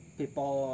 people